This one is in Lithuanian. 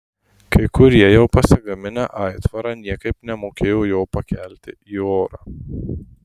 kai kurie jau pasigaminę aitvarą niekaip nemokėjo jo pakelti į orą